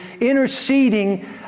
interceding